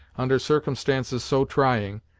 under circumstances so trying,